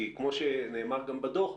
כי כמו שנאמר גם בדוח,